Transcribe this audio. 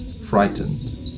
frightened